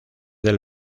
del